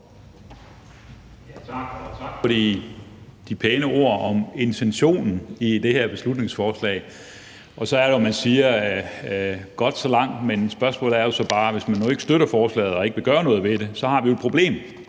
tak for de pæne ord om intentionen i det her beslutningsforslag. Så er det jo, man siger: Så langt, så godt. Men hvis man nu ikke støtter forslaget og ikke vil gøre noget ved det, har vi jo et problem,